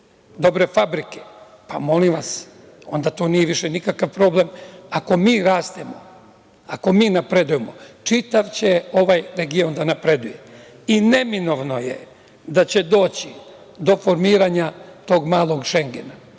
dobre fabrike, pa, molim vas, onda to više nije nikakav problem. Ako mi rastemo, ako mi napredujemo, čitav ovaj region će da napreduje i neminovno je da će doći do formiranja tog Malog Šengena.